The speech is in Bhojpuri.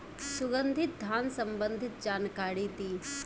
सुगंधित धान संबंधित जानकारी दी?